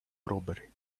robbery